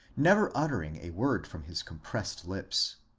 never uttering a word from his compressed lips.